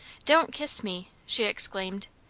don't kiss me! she exclaimed.